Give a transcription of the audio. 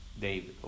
David